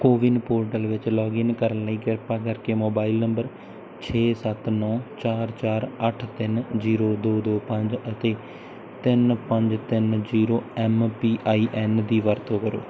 CoWIN portal ਵਿੱਚ login ਕਰਨ ਲਈ ਕਿਰਪਾ ਕਰਕੇ ਮੋਬਾਈਲ ਨੰਬਰ ਛੇ ਸੱਤ ਨੌਂ ਚਾਰ ਚਾਰ ਅੱਠ ਤਿੰਨ ਜੀਰੋ ਦੋ ਦੋ ਪੰਜ ਅਤੇ ਤਿੰਨ ਪੰਜ ਤਿੰਨ zero M P I N ਦੀ ਵਰਤੋਂ ਕਰੋ